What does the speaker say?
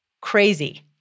crazy